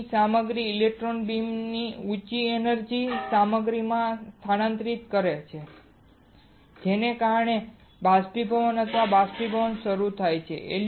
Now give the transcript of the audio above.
રુચિની સામગ્રી ઇલેક્ટ્રોન બીમની ઊંચી એનર્જી સામગ્રીમાં સ્થાનાંતરિત થાય છે જેના કારણે બાષ્પીભવન અથવા બાષ્પીભવન શરૂ થાય છે